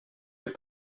les